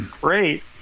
great